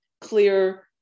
clear